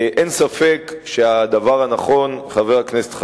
אין ספק שהדבר הנכון, חבר הכנסת חנין,